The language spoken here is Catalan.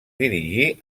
dirigir